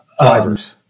drivers